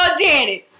janet